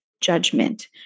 judgment